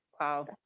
Wow